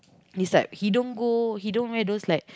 this type he don't go he don't wear those like